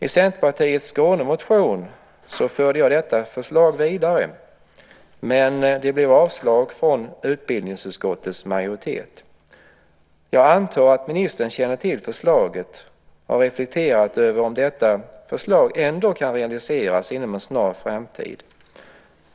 I Centerpartiets Skånemotion förde jag förslaget vidare, men det blev avslag från utbildningsutskottets majoritet. Jag antar att ministern känner till förslaget och har reflekterat över om det ändå kan realiseras inom en snar framtid.